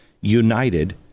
United